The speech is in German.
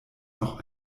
noch